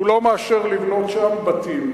הוא לא מאשר לבנות שם בתים.